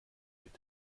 wird